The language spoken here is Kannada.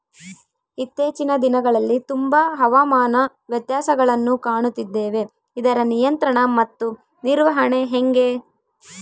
ಇತ್ತೇಚಿನ ದಿನಗಳಲ್ಲಿ ತುಂಬಾ ಹವಾಮಾನ ವ್ಯತ್ಯಾಸಗಳನ್ನು ಕಾಣುತ್ತಿದ್ದೇವೆ ಇದರ ನಿಯಂತ್ರಣ ಮತ್ತು ನಿರ್ವಹಣೆ ಹೆಂಗೆ?